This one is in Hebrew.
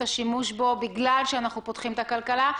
השימוש בו בגלל שאנחנו פותחים את הכלכלה.